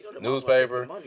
newspaper